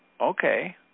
Okay